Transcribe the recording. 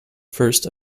first